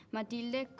Matilde